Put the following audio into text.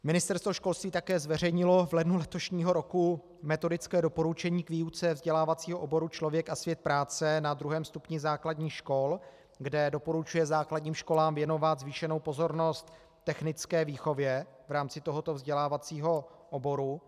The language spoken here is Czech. Ministerstvo školství také zveřejnilo v lednu letošního roku metodické doporučení k výuce vzdělávacího oboru Člověk a svět práce na druhém stupni základních škol, kde doporučuje základním školám věnovat zvýšenou pozornost technické výchově v rámci tohoto vzdělávacího oboru.